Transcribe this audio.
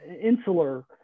insular